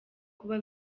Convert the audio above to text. kuba